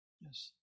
Yes